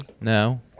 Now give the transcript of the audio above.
No